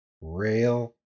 rail